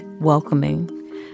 welcoming